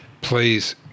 Please